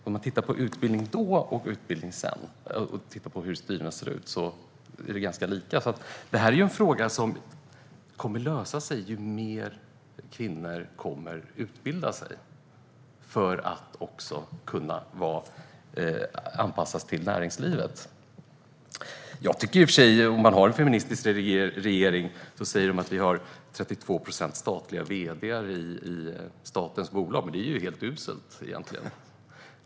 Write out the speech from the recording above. Om man tittar på utbildning då och utbildning sedan och hur styrelserna ser ut är det alltså ganska lika, och det här är med andra ord en fråga som kommer att lösa sig ju mer kvinnor utbildar sig för att på så sätt också kunna anpassas till näringslivet. Vi har en feministisk regering som säger att man har 32 procent kvinnliga vd:ar i statens bolag. Det är ju helt uselt egentligen.